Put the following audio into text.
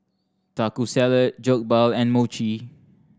Taco Salad Jokbal and Mochi